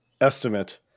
estimate